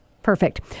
Perfect